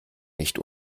nicht